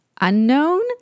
Unknown